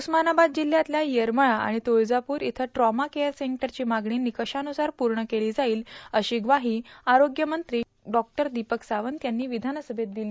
उस्मानाबाद जिल्हयातल्या येरमाळा आणि तुळजापूर इथं ट्रॉमा केअर सेंटरची मागणी निकषानुसार पूर्ण केली जाईल अशी ग्वाही आरोग्यमंत्री डॉ दीपक सावंत यांनी विधानसभेत दिली